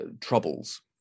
troubles